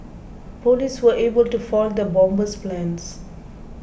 police were able to foil the bomber's plans